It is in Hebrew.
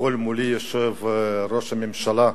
כביכול מולי יושב ראש הממשלה,